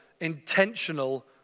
intentional